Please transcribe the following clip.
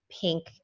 pink